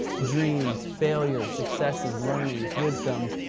dreams, failures, successes, learnings, wisdoms,